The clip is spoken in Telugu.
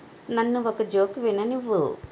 నన్ను ఒక జోక్ విననివ్వు